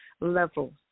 level